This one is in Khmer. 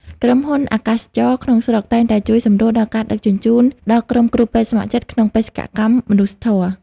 ក្រុមហ៊ុន អាកាសចរណ៍ ក្នុងស្រុកតែងតែជួយសម្រួលការដឹកជញ្ជូនដល់ក្រុមគ្រូពេទ្យស្ម័គ្រចិត្តក្នុងបេសកកម្មមនុស្សធម៌។